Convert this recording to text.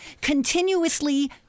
continuously